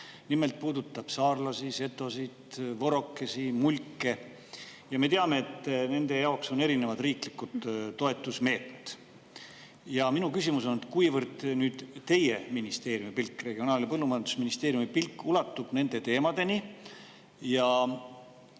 nimelt puudutab saarlasi, setosid, võrokesi ja mulke. Me teame, et nende jaoks on erinevad riiklikud toetusmeetmed. Minu küsimus on, kuivõrd teie ministeeriumi, Regionaal- ja Põllumajandusministeeriumi pilk ulatub nende teemadeni.